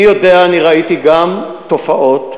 אני גם ראיתי תופעות,